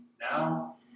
now